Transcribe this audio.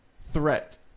threat